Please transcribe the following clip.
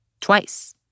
twice